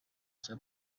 cya